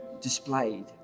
displayed